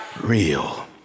real